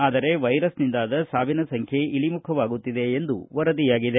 ಆದರೆ ವೈರಸ್ನಿಂದಾದ ಸಾವಿನ ಸಂಖ್ಯೆ ಇಳಿಮುಖವಾಗುತ್ತಿದೆ ಎಂದು ವರದಿಯಾಗಿದೆ